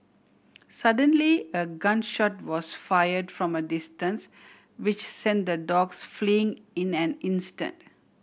suddenly a gun shot was fire from a distance which sent the dogs fleeing in an instant